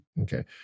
Okay